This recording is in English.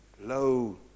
low